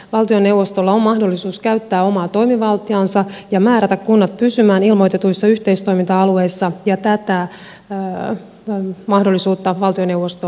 valtioneuvostolla on mahdollisuus käyttää omaa toimivaltaansa ja määrätä kunnat pysymään ilmoitetuissa yhteistoiminta alueissa ja tätä mahdollisuutta valtioneuvosto aikoo käyttää